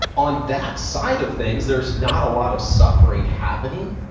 on that side of things, there's not a lot of suffering happening.